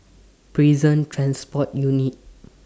Prison Transport Unit